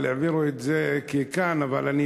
אבל העבירו את זה לכאן,